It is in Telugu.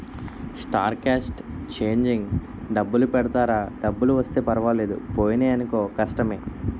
స్టార్ క్యాస్ట్ చేంజింగ్ డబ్బులు పెడతారా డబ్బులు వస్తే పర్వాలేదు పోయినాయనుకో కష్టమే